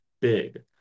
big